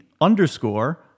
underscore